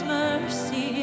mercy